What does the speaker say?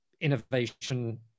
innovation